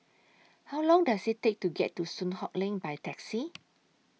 How Long Does IT Take to get to Soon Hock Lane By Taxi